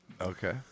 Okay